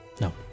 No